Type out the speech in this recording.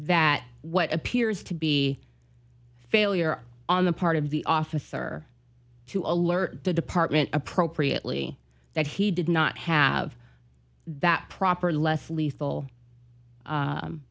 that what appears to be failure on the part of the officer to alert the department appropriately that he did not have that proper less lethal